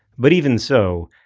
but even so,